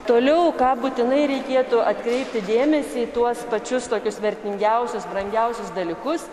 toliau ką būtinai reikėtų atkreipti dėmesį į tuos pačius tokius vertingiausius brangiausius dalykus